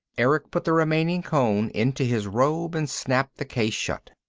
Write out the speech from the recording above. erick put the remaining cone into his robe and snapped the case shut